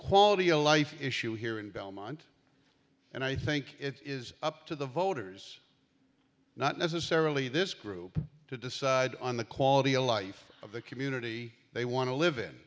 quality of life issue here in belmont and i think it is up to the voters not necessarily this group to decide on the quality of life of the community they want to live in